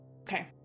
Okay